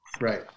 Right